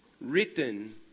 written